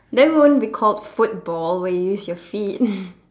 then won't be called football where you use your feet